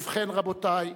ובכן, רבותי,